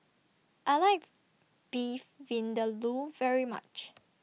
I like Beef Vindaloo very much